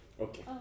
Okay